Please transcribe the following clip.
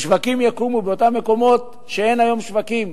שווקים יקומו באותם מקומות שאין היום שווקים,